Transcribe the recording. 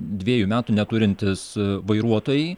dviejų metų neturintys vairuotojai